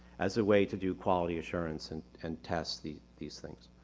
as a way to do quality assurance and and test the these things.